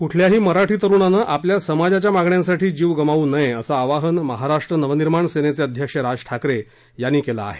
कुठल्याही मराठी तरुणानं आपल्या समाजाच्या मागण्यांसाठी जीव गमावू नये असं आवाहन महाराष्ट्र नवनिर्माण सेनेचे अध्यक्ष राज ठाकरे यांनी केलं आहे